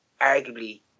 arguably